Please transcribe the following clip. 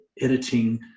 editing